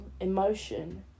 emotion